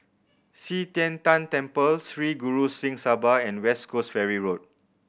Qi Tian Tan Temple Sri Guru Singh Sabha and West Coast Ferry Road